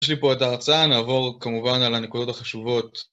יש לי פה את ההרצאה, נעבור כמובן על הנקודות החשובות